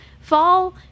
Fall